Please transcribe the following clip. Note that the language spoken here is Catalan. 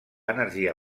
energia